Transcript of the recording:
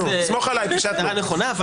סמוך עלי, פישטנו.